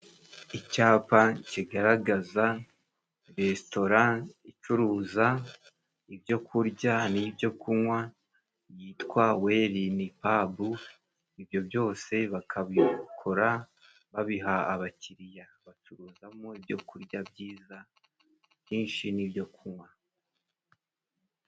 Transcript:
Icyapa kigaragaza Resitora icuruza ibyo kurya n'ibyo kunywa yitwa Welinipabu, ibyo byose bakabikora babiha abakiriya. Bacuruzamo ibyo kurya byiza byinshi n'ibyo kunywa.